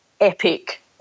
epic